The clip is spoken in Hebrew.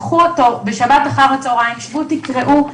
שבו ותקראו אותו.